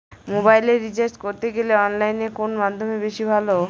মোবাইলের রিচার্জ করতে গেলে অনলাইনে কোন মাধ্যম বেশি ভালো?